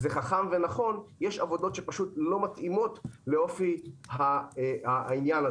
זה חכם ונכון אבל יש עבודות שפשוט לא מתאימות לאופי העניין הזה.